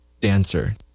Dancer